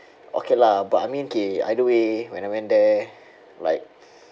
okay lah but I mean K either way when I went there like